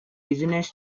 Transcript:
business